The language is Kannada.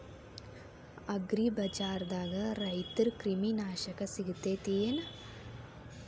ಅಗ್ರಿಬಜಾರ್ದಾಗ ರೈತರ ಕ್ರಿಮಿ ನಾಶಕ ಸಿಗತೇತಿ ಏನ್?